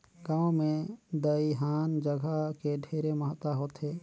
गांव मे दइहान जघा के ढेरे महत्ता होथे